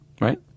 right